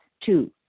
Two